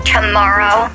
Tomorrow